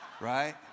right